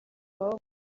baba